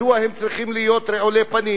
מדוע הם צריכים להיות רעולי פנים?